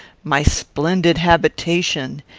my splendid habitation,